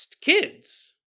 kids